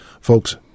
Folks